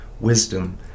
wisdom